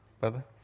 brother